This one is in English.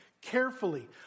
carefully